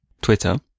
Twitter